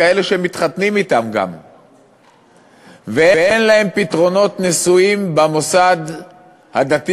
גם אלה שמתחתנים אתם ואין להם פתרונות נישואים במוסד הדתי,